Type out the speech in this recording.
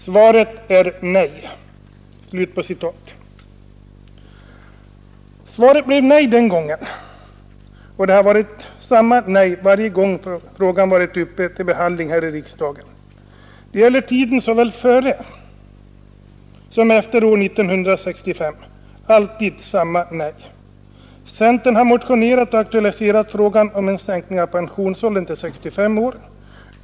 Svaret är nej.” Svaret blev nej den gången, och det har varit samma nej varje gång frågan varit uppe till behandling här i riksdagen. Det gäller tiden såväl före som efter år 1965. Alltid samma nej. Centern har i motioner aktualiserat frågan om en sänkning av pensionsåldern till 65 år.